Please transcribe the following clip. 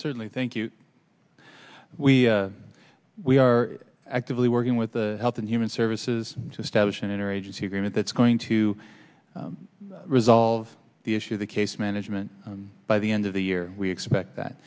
certainly thank you we we are actively working with the health and human services to establish an interagency agreement that's going to resolve the issue of the case management by the end of the year we expect that